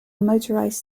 motorised